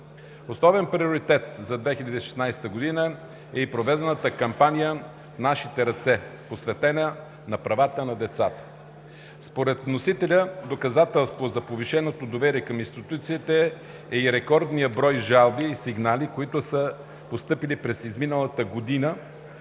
Основен приоритет за 2016 г. е и проведената кампания „В нашите ръце“, посветена на правата на децата. Според вносителя доказателство за повишеното доверие към институцията е и рекордният брой жалби и сигнали, които са постъпили през изминалата година